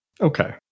Okay